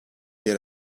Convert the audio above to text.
yer